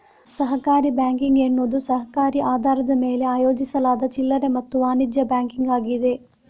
ಸಹಕಾರಿ ಬ್ಯಾಂಕಿಂಗ್ ಎನ್ನುವುದು ಸಹಕಾರಿ ಆಧಾರದ ಮೇಲೆ ಆಯೋಜಿಸಲಾದ ಚಿಲ್ಲರೆ ಮತ್ತು ವಾಣಿಜ್ಯ ಬ್ಯಾಂಕಿಂಗ್ ಆಗಿದೆ